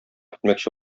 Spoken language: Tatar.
итмәкче